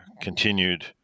continued